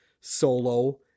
solo